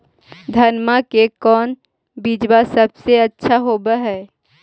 धनमा के कौन बिजबा सबसे अच्छा होव है?